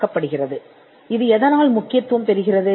இப்போது இது ஏன் முக்கியமானது